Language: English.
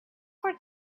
for